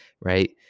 right